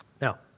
Now